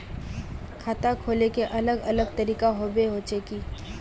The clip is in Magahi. खाता खोले के अलग अलग तरीका होबे होचे की?